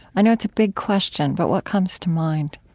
i know it's a big question. but what comes to mind?